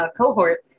cohort